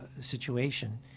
situation